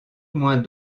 moins